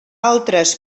altres